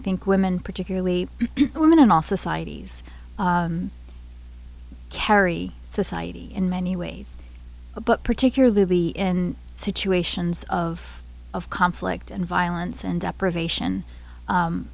think women particularly women and also societies carrie society in many ways but particularly in situations of conflict and violence and deprivation